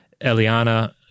Eliana